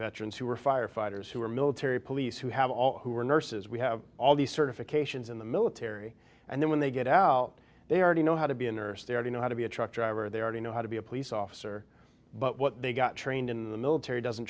veterans who are firefighters who are military police who have all who are nurses we have all these certifications in the military and then when they get out they already know how to be a nurse they already know how to be a truck driver they already know how to be a police officer but what they got trained in the military doesn't